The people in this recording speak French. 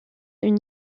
une